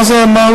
מה זה שייך?